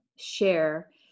share